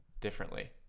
differently